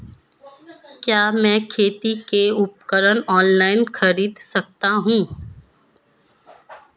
क्या मैं खेती के उपकरण ऑनलाइन खरीद सकता हूँ?